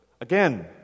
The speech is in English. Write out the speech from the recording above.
Again